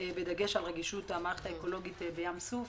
בדגש על רגישות המערכת האקולוגית בים סוף.